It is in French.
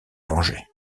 venger